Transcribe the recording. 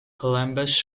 columbus